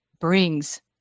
brings